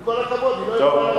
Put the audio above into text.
עם כל הכבוד, היא לא יכולה לבקש ועדה.